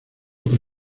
por